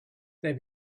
they